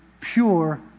pure